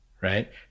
right